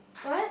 what